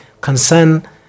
concern